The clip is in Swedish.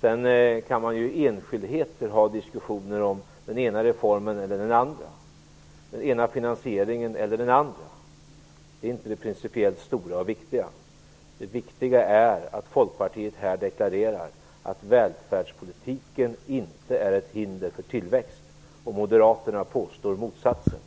Sedan kan man ju i enskildheter föra diskussioner om den ena reformen eller den andra och om den ena finansieringen eller den andra. Men det är inte det principiellt stora och viktiga. Det viktiga är att Folkpartiet här deklarerar att välfärdspolitiken inte är ett hinder för tillväxt. Moderaterna påstår motsatsen.